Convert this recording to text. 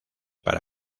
para